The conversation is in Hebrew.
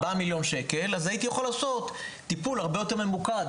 4 מיליון שקל אז הייתי יכול לעשות טיפול הרבה יותר ממוקד,